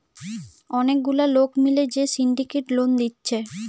অনেক গুলা লোক মিলে যে সিন্ডিকেট লোন দিচ্ছে